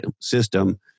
system